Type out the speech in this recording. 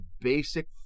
basic